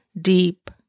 deep